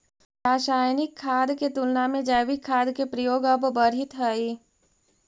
रासायनिक खाद के तुलना में जैविक खाद के प्रयोग अब बढ़ित हई